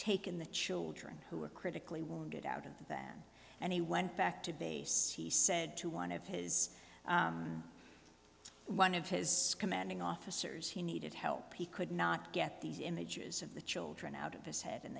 taken the children who were critically wounded out of the van and he went back to base he said to one of his one of his commanding officers he needed help he could not get these images of the children out of his head and